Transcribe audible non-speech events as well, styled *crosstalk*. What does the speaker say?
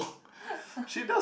*laughs*